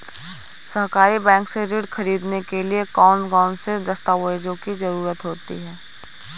सहकारी बैंक से ऋण ख़रीदने के लिए कौन कौन से दस्तावेजों की ज़रुरत होती है?